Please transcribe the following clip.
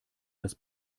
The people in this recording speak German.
das